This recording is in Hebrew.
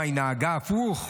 מה, היא נהגה הפוך?